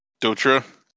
Dotra